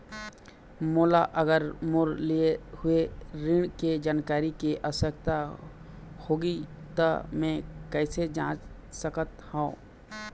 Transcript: मोला अगर मोर लिए हुए ऋण के जानकारी के आवश्यकता होगी त मैं कैसे जांच सकत हव?